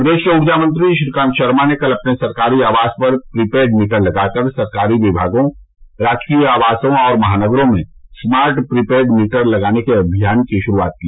प्रदेश के ऊर्जा मंत्री श्रीकांत शर्मा ने कल अपने सरकारी आवास पर प्रीपैड मीटर लगाकर सरकारी विभागों राजकीय आवासों और महानगरों में स्मार्ट प्रीपैड मीटर लगाने के अभियान की शुरूआत की